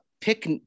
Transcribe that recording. pick